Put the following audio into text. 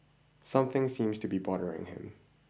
something seems to be bothering him